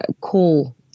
call